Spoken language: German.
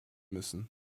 müssen